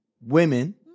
Women